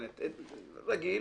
אינטרנט רגיל.